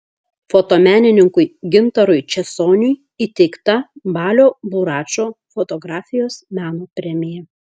fotomenininkui gintarui česoniui įteikta balio buračo fotografijos meno premija